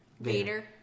Vader